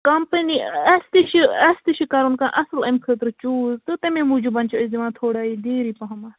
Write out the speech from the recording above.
company اَسہِ تہِ چھِ اَسہِ تہِ چھِ کَرُن کانٛہہ اَصٕل اَمہِ خٲطرٕ چوٗز تہٕ تَمے موٗجوٗب چھِ أسۍ دِوان تھوڑا یہِ دیٖری پَہمَتھ